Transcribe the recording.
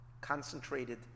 concentrated